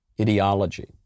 ideology